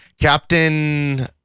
Captain